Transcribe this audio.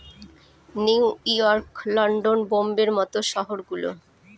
new York, London, বোম্বের মত শহর গুলো